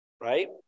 right